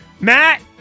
Matt